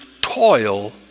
toil